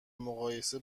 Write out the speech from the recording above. مقایسه